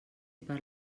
per